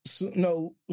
No